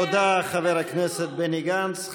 תודה, חבר הכנסת בני גנץ.